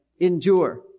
endure